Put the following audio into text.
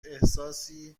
احساسی